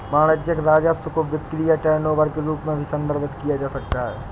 वाणिज्यिक राजस्व को बिक्री या टर्नओवर के रूप में भी संदर्भित किया जा सकता है